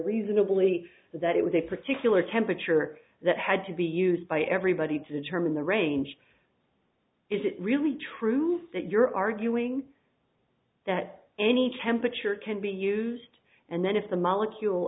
reasonably that it was a particular temperature that had to be used by everybody to determine the range is it really true that you're arguing that any temperature can be used and then if the molecule